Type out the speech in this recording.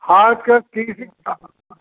hard cash तीस